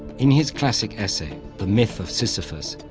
in his classic essay the myth of sisyphus,